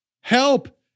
Help